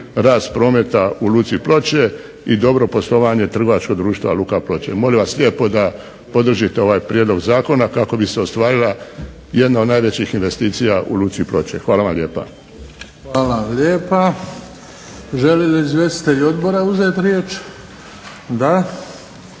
rast prometa u luci Ploče i dobro poslovanje trgovačkog društva Luka Ploče. Molim vas lijepo da podržite ovaj prijedlog zakona kako bi se ostvarila jedna od najvećih investicija u luci Ploče. Hvala vam lijepa. **Bebić, Luka (HDZ)** Hvala lijepa. Žele li izvjestitelji odbora uzeti riječ? Da.